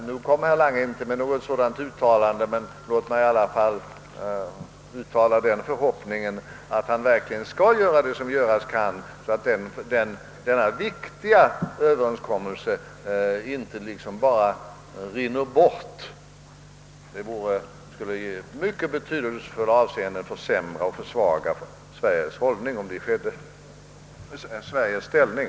Nu gjorde herr Lange inte något sådant uttalande, men låt mig i varje fall få framföra den förhoppningen att han verkligen kommer att göra vad han kan, så att denna viktiga överenskommelse inte liksom bara rinner bort. Om så skedde skulle det i många betydelsefulla avseenden försvaga och försämra Sveriges ställning.